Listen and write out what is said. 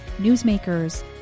newsmakers